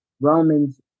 Romans